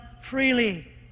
freely